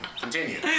Continue